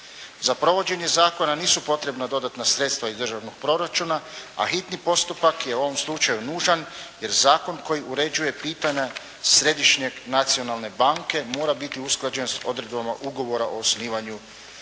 Za provođenje zakona nisu potrebna dodatna sredstva iz državnog proračuna, a hitni postupak je u ovom slučaju nužan, jer zakon koji uređuje pitanja Središnje nacionalne banke, mora biti usklađen s Odredba ugovora o osnivanju Europske